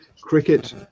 cricket